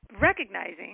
recognizing